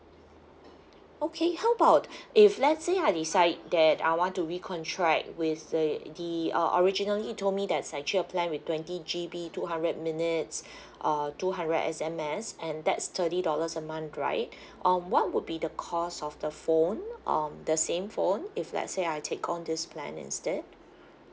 okay how about if let's say I decide that I want to re-contract with the the uh originally you told me there's actually a plan with twenty G_B two hundred minutes uh two hundred S_M_S and that's thirty dollars a month right um what would be the cost of the phone um the same phone if let's say I take on this plan instead